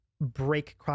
break